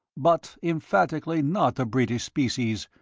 but emphatically not a british species,